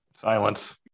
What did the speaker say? silence